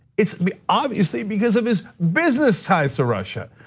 it's obviously because of his business ties to russia.